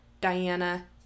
Diana